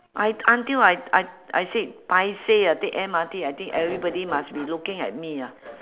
I until I I I said paiseh ah take M_R_T I think everybody must be looking at me ah